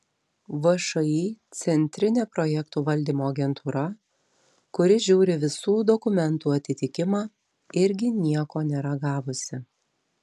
všį centrinė projektų valdymo agentūra kuri žiūri visų dokumentų atitikimą irgi nieko nėra gavusi